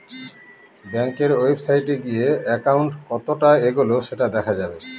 ব্যাঙ্কের ওয়েবসাইটে গিয়ে একাউন্ট কতটা এগোলো সেটা দেখা যাবে